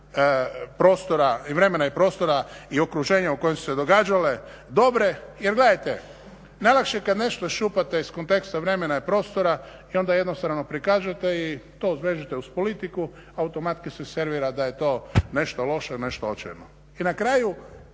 konteksta vremena i prostora i okruženja u kojem su se događale dobre jer gledajte najlakše je kad nešto iščupate iz konteksta vremena i prostora i onda jednostavno prikažete i to sve vežete uz politiku, automatski se servira da je to nešto loše, nešto očajno. I na kraju